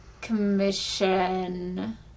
commission